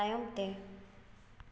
ᱛᱟᱭᱚᱢᱛᱮ